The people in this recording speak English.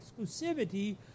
exclusivity